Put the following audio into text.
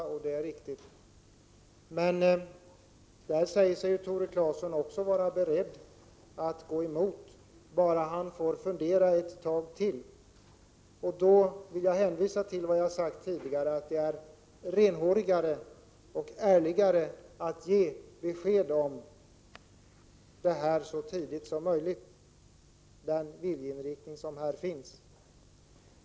Det är riktigt. Men den säger sig ju också Tore Claeson vara beredd att gå emot, bara han får fundera ett tag till. Jag vill hänvisa till vad jag sagt tidigare: Det är renhårigare och ärligare att så tidigt som möjligt ge besked om den viljeinriktning som här finns.